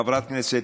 חברת כנסת,